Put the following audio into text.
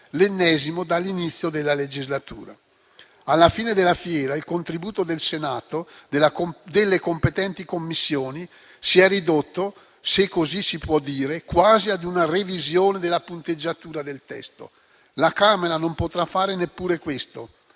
l'ennesimo dall'inizio della legislatura. Alla fine della fiera, il contributo del Senato e delle competenti Commissioni si è ridotto, se così si può dire, quasi a una revisione della punteggiatura del testo. La Camera non potrà fare neppure questo: